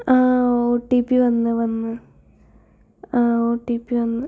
ആഹ് O T P വന്ന് വന്ന് ആഹ് ഓ ടി പി വന്ന്